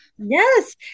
Yes